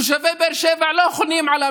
תושבי באר שבע לא חונים על המדרכה.